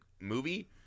movie